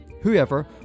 whoever